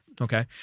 Okay